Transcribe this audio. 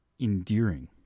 endearing